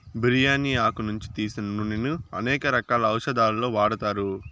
బిర్యాని ఆకు నుంచి తీసిన నూనెను అనేక రకాల ఔషదాలలో వాడతారు